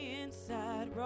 inside